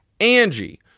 Angie